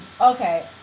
okay